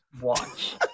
watch